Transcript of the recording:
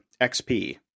XP